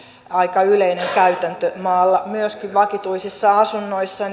aika yleinen käytäntö maalla myöskin vakituisissa asunnoissa